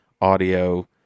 audio